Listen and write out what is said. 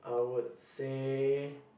I would say